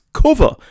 cover